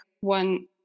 one